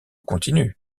continue